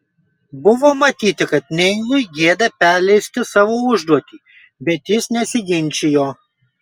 buvo matyti kad neilui gėda perleisti savo užduotį bet jis nesiginčijo